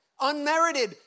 Unmerited